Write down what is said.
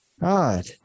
God